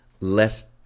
less